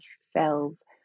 cells